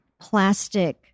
plastic